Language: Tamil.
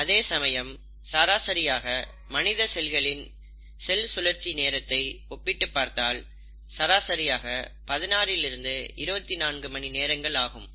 அதேசமயம் சராசரியாக மனித செல்களின் செல் சுழற்சி நேரத்தை ஒப்பிட்டுப் பார்த்தால் சராசரியாக 16 லிருந்து 24 மணி நேரங்கள் ஆகும்